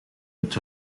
het